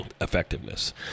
effectiveness